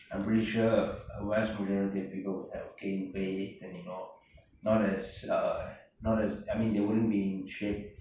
I'm pretty sure vast majority of people have gained weight and you know not as uh not as I mean they wouldn't be in shape